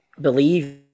believe